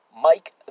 Mike